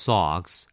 Socks